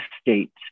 state